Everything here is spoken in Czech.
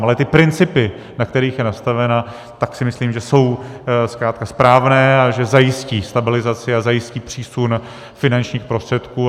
Ale ty principy, na kterých je nastavena, si myslím, že jsou zkrátka správné a že zajistí stabilizaci a zajistí přísun finančních prostředků.